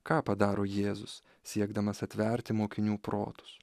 ką padaro jėzus siekdamas atverti mokinių protus